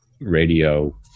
radio